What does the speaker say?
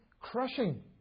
crushing